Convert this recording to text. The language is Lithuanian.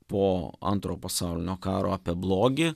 po antrojo pasaulinio karo apie blogį